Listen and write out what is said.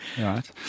right